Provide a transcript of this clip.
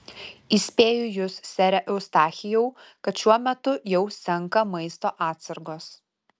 įspėju jus sere eustachijau kad šiuo metu jau senka maisto atsargos